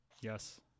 Yes